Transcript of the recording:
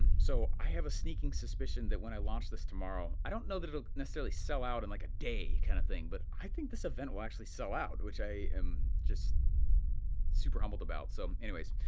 and so i have a sneaking suspicion that when i launch this tomorrow, i don't know that it'll necessarily sell out in like a day kind of thing, but i think this event will actually sell out, which i am just super humbled about. so anyways,